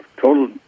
total